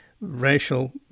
racial